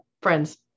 friends